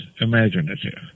imaginative